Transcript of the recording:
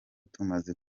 tumaze